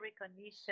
recognition